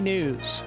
News